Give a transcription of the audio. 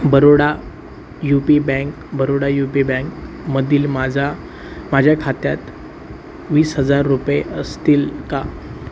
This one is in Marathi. Baroda U P bank Baroda U P बँकमधील माझा माझ्या खात्यात वीस हजार रुपये असतील का